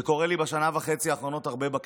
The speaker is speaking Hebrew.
זה קורה לי הרבה בשנה וחצי האחרונות בכנסת,